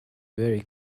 very